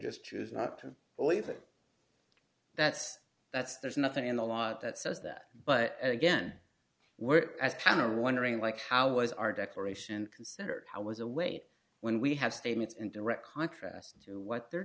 just choose not to believe it that's that's there's nothing in the law that says that but again we're as pan are wondering like how was our declaration considered how was a weight when we have statements in direct contrast to what the